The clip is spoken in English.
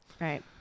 Right